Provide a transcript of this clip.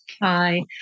Hi